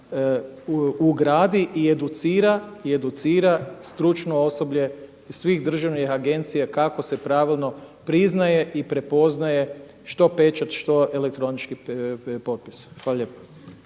ugradi i educira stručno osoblje svih državnih agencija kako se pravilno priznaje i prepoznaje što pečat, što elektronički potpis. Hvala lijepo.